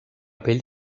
pell